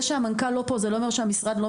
כי שהמנכ״ל לא פה זה לא אומר שהמשרד לא